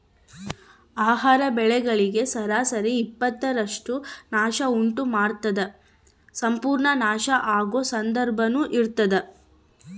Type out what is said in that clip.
ಆಹಾರ ಬೆಳೆಗಳಿಗೆ ಸರಾಸರಿ ಇಪ್ಪತ್ತರಷ್ಟು ನಷ್ಟ ಉಂಟು ಮಾಡ್ತದ ಸಂಪೂರ್ಣ ನಾಶ ಆಗೊ ಸಂದರ್ಭನೂ ಇರ್ತದ